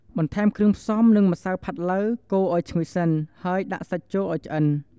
បន្ថែមគ្រឿងផ្សំ និងម្សៅផាត់ឡូវ កូរឲ្យឈ្ងុយសិន ហើយដាក់សាច់ចូលឲ្យឆ្អិន។